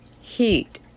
heat